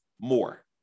more